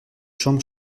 chambre